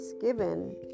given